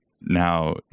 now